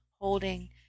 holding